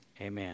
amen